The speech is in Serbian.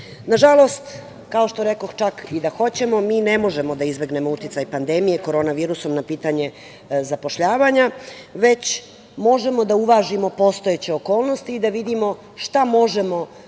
rešenje. Nažalost, kao što rekoh, čak i da hoćemo, mi ne možemo da izbegnemo uticaj pandemije korona virusom na pitanje zapošljavanja, već možemo da uvažimo postojeće okolnosti i da vidimo šta možemo da i